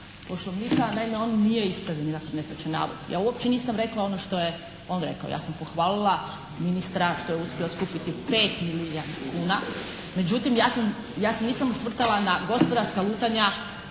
Poslovnika. Naime on nije ispravio netočan navod. Ja uopće nisam rekla ono što je on rekao. Ja sam pohvalila ministra što je uspio skupiti 5 milijuna kuna, međutim ja se nisam osvrtala na gospodarska lutanja